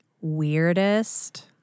Weirdest